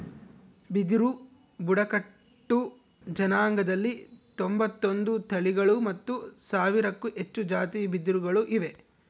ಬಿದಿರು ಬುಡಕಟ್ಟು ಜನಾಂಗದಲ್ಲಿ ತೊಂಬತ್ತೊಂದು ತಳಿಗಳು ಮತ್ತು ಸಾವಿರಕ್ಕೂ ಹೆಚ್ಚು ಜಾತಿ ಬಿದಿರುಗಳು ಇವೆ